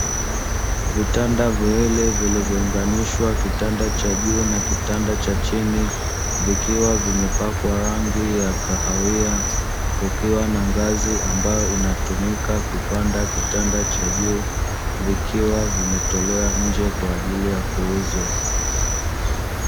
Vitanda viwili vilivyounganishwa kitanda cha juu na kitanda cha chini vikiwa vimepakwa rangi ya kahawia, kukiwa na ngazi ambayo inatumika kupanda kitanda cha juu vikiwa vimetolewa nje kwa ajili ya kuuzwa.